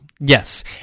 Yes